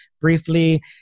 briefly